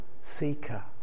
seeker